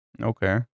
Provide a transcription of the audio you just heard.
Okay